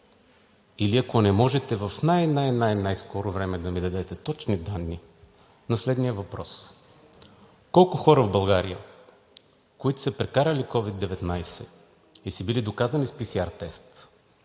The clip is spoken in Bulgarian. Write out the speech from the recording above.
или ако не можете, в най-най-скоро време да ми дадете точни данни на следния въпрос: колко хора в България, които са прекарали COVID-19 и са били доказани с PCR тест,